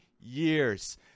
years